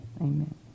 Amen